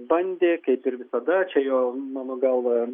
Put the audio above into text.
bandė kaip ir visada čia jo mano galva